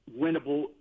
winnable